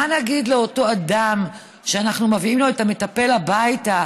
מה נגיד לאותו אדם שאנחנו מביאים לו את המטפל הביתה,